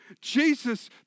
Jesus